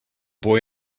boy